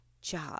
job